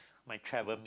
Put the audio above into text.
my travel